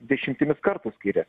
dešimtimis kartų skirias